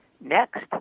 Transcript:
next